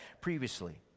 previously